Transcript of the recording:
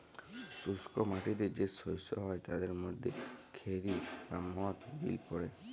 শুস্ক মাটিতে যে শস্য হ্যয় তাদের মধ্যে খেরি বা মথ বিল পড়ে